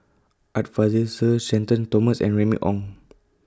Art Fazil Sir Shenton Thomas and Remy Ong